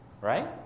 Right